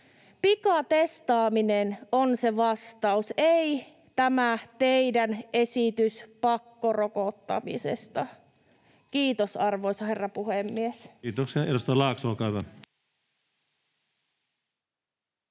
Pikatestaaminen on se vastaus, ei tämä teidän esityksenne pakkorokottamisesta. — Kiitos, arvoisa herra puhemies. Edustaja